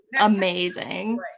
amazing